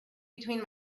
between